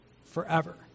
forever